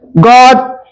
God